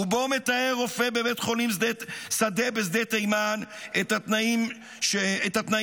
ובו מתאר רופא בבית חולים שדה בשדה תימן את התנאים בו,